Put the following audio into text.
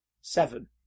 seven